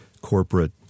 corporate